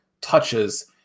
touches